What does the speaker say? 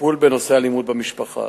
לטיפול בנושא האלימות במשפחה,